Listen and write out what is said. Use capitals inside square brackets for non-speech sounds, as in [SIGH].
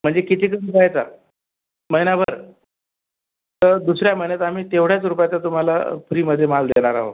म्हणजे किती [UNINTELLIGIBLE] द्यायचा महिनाभर तर दुसऱ्या महिन्याचा आम्ही तेवढ्याच रुपयाचा तुम्हाला फ्रीमध्ये माल देणार आहोत